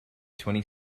twenty